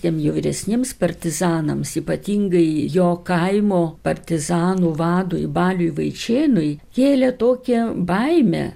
tiem jau vyresniems partizanams ypatingai jo kaimo partizanų vadui baliui vaičėnui kėlė tokią baimę